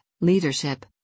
leadership